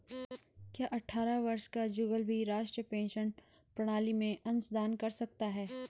क्या अट्ठारह वर्ष का जुगल भी राष्ट्रीय पेंशन प्रणाली में अंशदान कर सकता है?